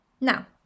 Now